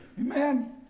Amen